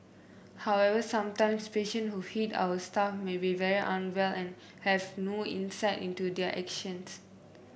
however sometimes patient who hit our staff may be very unwell and have no insight into their actions